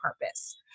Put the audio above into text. purpose